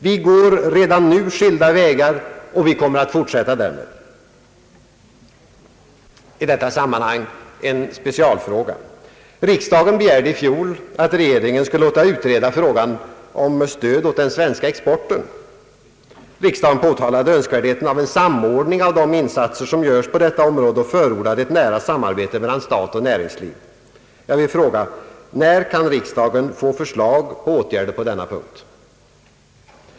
Vi går redan nu skilda vägar, och vi kommer att fortsätta därmed. I detta sammanhang en specialfråga: Riksdagen begärde i fjol att regeringen skulle låta utreda frågan om stöd åt den svenska exporten. Riksdagen påtalade önskvärdheten av en samordning av de insatser som görs på detta område och förordade ett nära samarbete mellan stat och näringsliv. Jag vill fråga: När kan riksdagen få förslag till åtgärder på denna punkt?